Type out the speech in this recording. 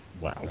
wow